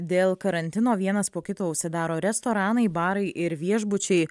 dėl karantino vienas po kito užsidaro restoranai barai ir viešbučiai